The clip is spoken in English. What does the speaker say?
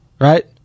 right